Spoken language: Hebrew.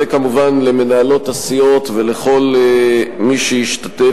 וכמובן למנהלות הסיעות ולכל מי שהשתתף